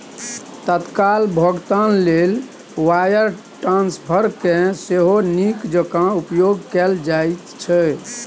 तत्काल भोगतान लेल वायर ट्रांस्फरकेँ सेहो नीक जेंका उपयोग कैल जाइत छै